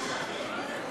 לשעבר,